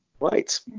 Right